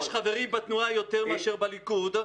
-- יש חברים בתנועה יותר מאשר בליכוד.